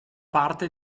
parte